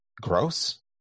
gross